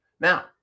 Now